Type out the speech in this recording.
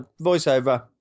voiceover